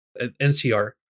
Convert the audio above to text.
NCR